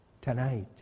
tonight